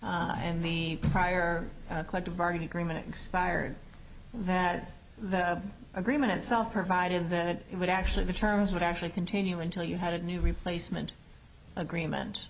came and the prior collective bargaining agreement expired that the agreement itself provided then it would actually the terms would actually continue until you had a new replacement agreement